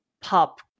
pop